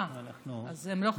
אה, אז הם לא חייבים.